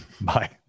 Bye